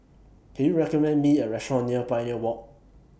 Can YOU recommend Me A Restaurant near Pioneer Walk